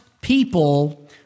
people